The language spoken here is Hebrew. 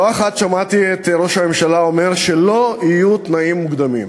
לא אחת שמעתי את ראש הממשלה אומר שלא יהיו תנאים מוקדמים,